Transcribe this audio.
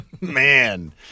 man